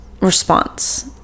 response